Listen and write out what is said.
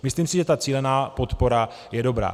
Myslím si, že ta cílená podpora je dobrá.